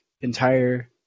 entire